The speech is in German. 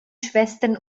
schwestern